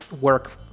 work